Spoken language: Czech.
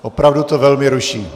Opravdu to velmi ruší.